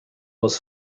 was